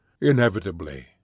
Inevitably